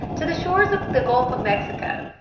to the shores of the gulf of mexico.